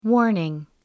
WARNING